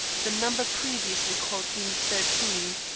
the number previously called being thirteen.